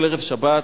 כל ערב שבת